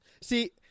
See